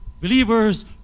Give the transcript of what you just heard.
believers